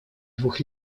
двух